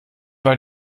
war